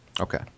Okay